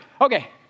okay